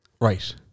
Right